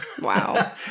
Wow